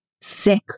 sick